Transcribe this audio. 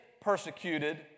persecuted